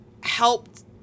helped